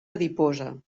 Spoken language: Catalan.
adiposa